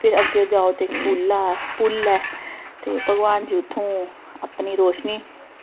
फिर अग्गें जाओ ते इक पुल ऐ पुल ऐ ते भगवान जी उत्थूं अपनी रोशनी